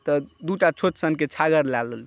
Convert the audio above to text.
तऽ दू टा छोटसनके छागर लऽ लेलहुँ